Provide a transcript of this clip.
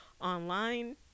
online